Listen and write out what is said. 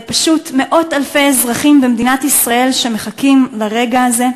למאות-אלפי אזרחים במדינת ישראל שמחכים לרגע הזה.